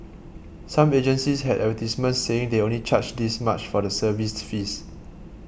some agencies had advertisements saying they only charge this much for the service fees